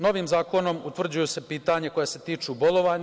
Novim zakonom utvrđuju se pitanja koja se tiču bolovanja.